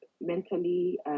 mentally